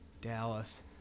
Dallas